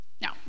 Now